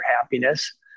happiness